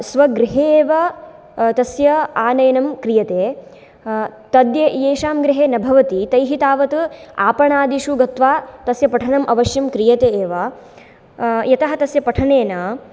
स्वगृहे एव तस्य आनयनं क्रियते तद् येषां गृहे न भवति तैः तावत् आपणादीषु गत्वा तस्य पठनम् अवश्यं क्रियते एव यतः तस्य पठनेन